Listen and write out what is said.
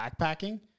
backpacking